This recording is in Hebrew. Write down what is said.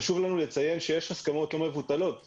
חשוב לנו לציין שיש הסכמות לא מבוטלות במשא-ומתן,